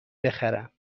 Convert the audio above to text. بخرم